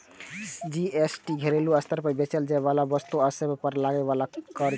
GST घरेलू स्तर पर बेचल जाइ बला वस्तु आ सेवा पर लागै बला कर छियै